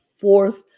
fourth